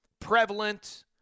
prevalent